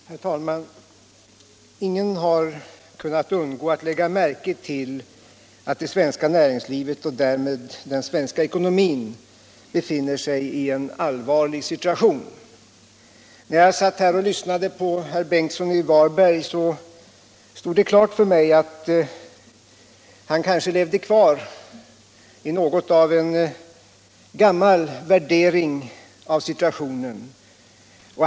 Herr talman! Ingen har kunnat undgå att lägga märke till att det svenska näringslivet och därmed den svenska ekonomin befinner sig i en allvarlig situation. När jag lyssnade till herr Ingemund Bengtsson i Varberg stod det klart för mig att han levde kvar i något av en gammal värdering av situationen.